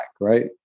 right